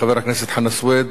חבר הכנסת חנא סוייד,